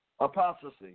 apostasy